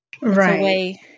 Right